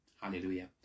hallelujah